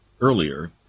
earlier